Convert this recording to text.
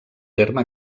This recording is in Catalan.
terme